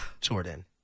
Jordan